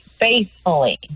faithfully